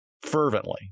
fervently